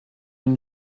une